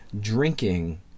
drinking